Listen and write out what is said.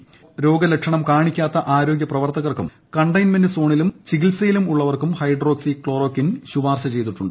ഇതനുസരിച്ച് രോഗലക്ഷണം കാണിക്കാത്ത ആരോഗ്യ പ്രവർത്തകർക്കും കണ്ടെയ്ൻമെന്റ് സോണിലും ചികിത്സയിലും ഉള്ളവർക്കും ഹൈഡ്രോക്സി ക്ലോറോകിൻ ശുപാർശ ചെയ്തിട്ടുണ്ട്